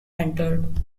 entered